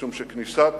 משום שכניסת